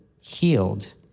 healed